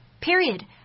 period